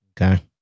Okay